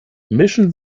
mischen